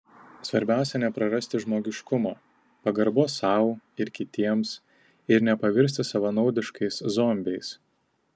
svarbiausia neprarasti žmogiškumo pagarbos sau ir kitiems ir nepavirsti savanaudiškais zombiais